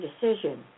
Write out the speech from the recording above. decision